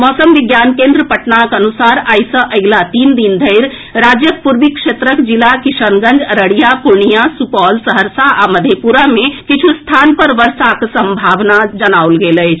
मौसम विज्ञान केन्द्र पटनाक अनुसार आई सँ अगिला तीन दिन धरि राज्यक पूर्वी क्षेत्रक जिला किशनगंज अररिया पूर्णियां सुपौल सहरसा आ मधेपुरा मे किछु स्थान पर वर्षाक सम्भावना अछि